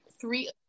three